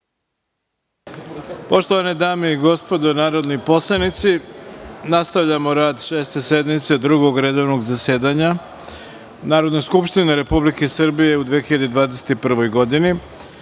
Poštovane dame i gospodo narodni poslanici, nastavljamo rad Šeste sednice Drugog redovnog zasedanja Narodne skupštine Republike Srbije u 2021. godini. Na